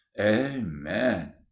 amen